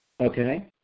Okay